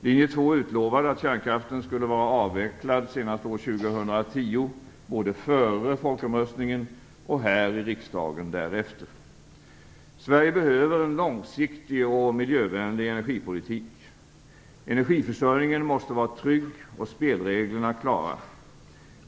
Linje 2 utlovade att kärnkraften skulle vara avvecklad senast år 2010, både före folkomröstningen och därefter här i riksdagen. Sverige behöver en långsiktig och miljövänlig energipolitik. Energiförsörjningen måste vara trygg och spelreglerna klara.